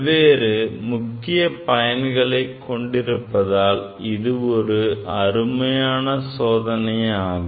பல்வேறு முக்கிய பயன்களை கொண்டிருப்பதால் இது ஒரு அருமையான சோதனையாகும்